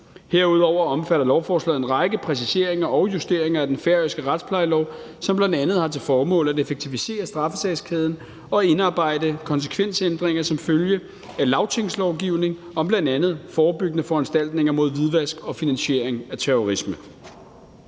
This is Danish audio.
Herudover omfatter lovforslaget en række præciseringer og justeringer af den færøske retsplejelov, som bl.a. har til formål at effektivisere straffesagskæden og indarbejde konsekvensændringer som følge af lagtingslovgivning om bl.a. forebyggende foranstaltninger mod hvidvask og finansiering af terrorisme.